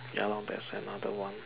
ya lor that's another one